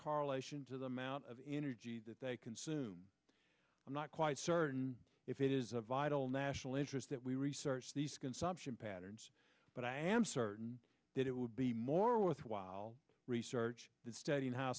correlation to the amount of energy that they consume i'm not quite certain if it is of vital national interest that we research these consumption patterns but i am certain that it would be more worthwhile research is studying how